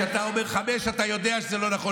כשאתה אומר 5, אתה יודע שזה לא נכון.